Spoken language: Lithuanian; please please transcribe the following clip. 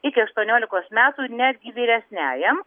iki aštuoniolikos metų netgi vyresniajam